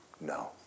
no